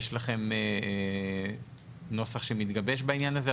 יש לכם נוסח שמתגבש בעניין הזה?